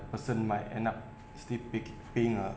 person might end up still pick~ keeping uh